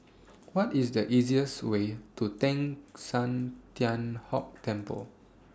What IS The easiest Way to Teng San Tian Hock Temple